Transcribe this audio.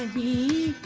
the